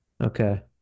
Okay